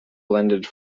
blended